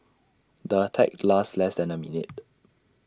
the attack lasted less than A minute